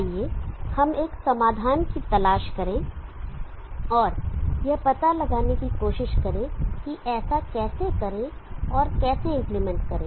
आइए हम एक समाधान की तलाश करें और यह पता लगाने की कोशिश करें कि ऐसा कैसे करें और कैसे इंप्लीमेंट करें